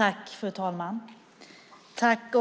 interpellationerna, anmält att han var förhindrad att närvara vid sammanträdet medgav andre vice talmannen att Stefan Tornberg i stället fick delta i överläggningen.